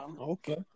okay